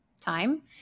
time